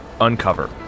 Uncover